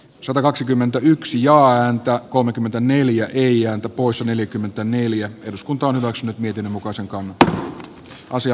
satakaksikymmentäyksi jaa ääntä kolmekymmentäneljä neljä usa neljäkymmentäneljä eduskunta on hyväksynyt mietinnön mukaisen camp osia